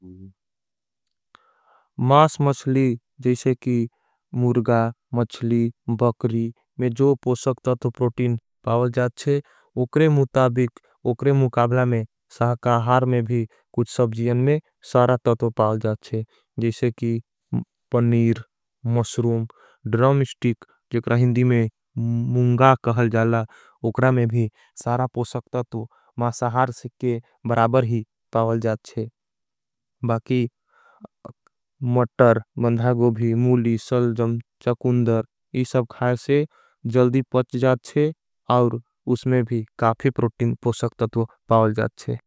मास मछली, मुर्गा, मछली, बकरी में जो पोशक तत्व। प्रोटीन पावल जाथ छे उक्रे मुकाबला में सहकाहार में भी। कुछ सबजीयन में सारा तत्व पावल जाथ छे जैसे की पनीर। मश्रूम ड्रॉम श्टिक जेकर हिंदी में मुंगा कहल जाला उक्रा में। भी स सहार सिक्के बराबर ही पावल जाथ छे बाकी मटर। मन्धागोभी, मुली, सलजम चकुंदर इस अब खाय से जल्दी। पच जाथ छे और उसमें भी काफी प्रोटीन पोशक तत्व पावल जाथ छे।